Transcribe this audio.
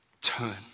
turn